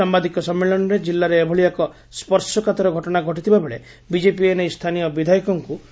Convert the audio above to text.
ସାମ୍ଘାଦିକ ସମ୍ମିଳନୀରେ ଜିଲ୍ଲାରେ ଏଭଳି ଏକ ସ୍ୱର୍ଶକାତର ଘଟଣା ଘଟିଥିବାବେଳେ ବିଜେପି ଏ ନେଇ ସ୍ରାନୀୟ ବିଧାୟକଙ୍କୁ ଦାୟି କରିଛି